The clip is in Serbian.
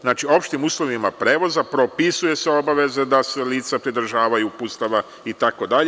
Znači, opštim uslovima prevoza propisuje se obaveza da se lica pridržavaju uputstava itd.